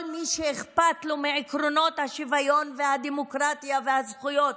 כל מי שאכפת לו מעקרונות השוויון והדמוקרטיה והזכויות,